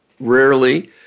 rarely